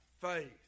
faith